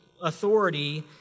authority